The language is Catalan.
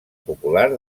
popular